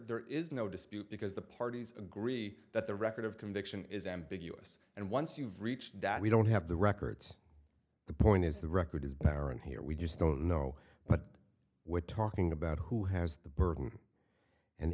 there is no dispute because the parties agree that the record of conviction is ambiguous and once you've reached that we don't have the records the point is the record is better and here we just don't know but we're talking about who has the burden and